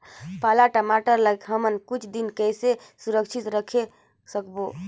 पाला टमाटर ला हमन कुछ दिन कइसे सुरक्षित रखे सकबो?